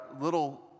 little